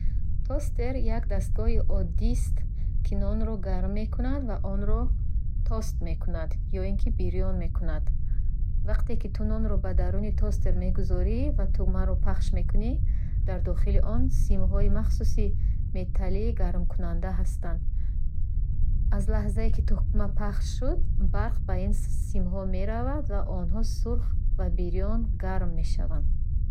Тостер як дастгоҳи оддист, ки нонро гарм мекунад ва онро тост мекунад ё ин ки бирён мекунад. Вақте ки ту нонро ба даруни тостер мегузорӣ ва тугмаро пахш мекунӣ, дар дохили он симҳои махсуси металлии гармкунанда ҳастанд. Аз лаҳзае ки тугма пахш шуд, барқ ба ин симҳо меравад ва онҳо сурх ва бисёр гарм мешаванд.